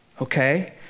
Okay